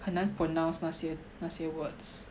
很难 pronounce 那些那些 words